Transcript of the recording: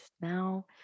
now